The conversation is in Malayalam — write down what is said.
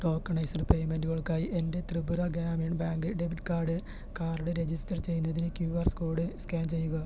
ടോക്കണൈസ്ഡ് പേയ്മെൻറ്റുകൾക്കായി എൻ്റെ Tripura Gramin Bank debit card card register ചെയ്യുന്നതിന് ക്യു ആർ കോഡ് സ്കാൻ ചെയ്യുക